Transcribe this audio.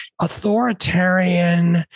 authoritarian